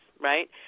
right